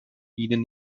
ihnen